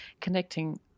connecting